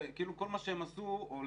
כאילו כל מה שהם עשו או,